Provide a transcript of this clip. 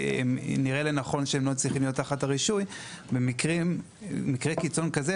ונראה לי נכון שהם לא צריכים להיות תחת הרישוי במקרה קיצון כזה,